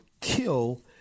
kill